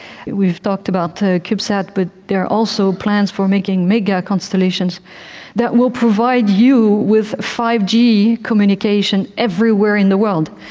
we've talked about cubesats but there are also plans for making mega constellations that will provide you with five g communication everywhere in the world.